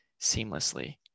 seamlessly